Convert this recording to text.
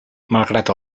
malgrat